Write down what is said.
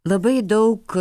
labai daug